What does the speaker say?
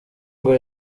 ngo